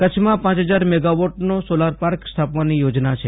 કચ્છમાં પાંચ હજાર મેગાવોટનો સોલાર પાર્ક સ્થાપવાની યોજના છે